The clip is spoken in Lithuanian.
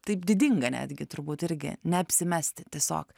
taip didinga netgi turbūt irgi neapsimesti tiesiog